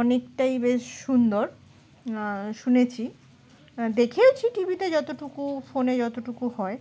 অনেকটাই বেশ সুন্দর শুনেছি দেখেওছি টিভিতে যতটুকু ফোনে যতটুকু হয়